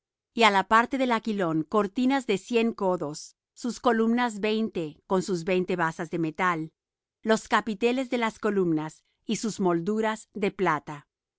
á la parte del aquilón cortinas de cien codos sus columnas veinte con sus veinte basas de metal los capiteles de las columnas y sus molduras de plata